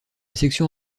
section